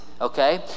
okay